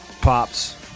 pops